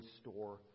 store